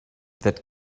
that